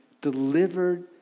delivered